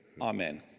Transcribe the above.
Amen